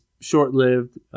short-lived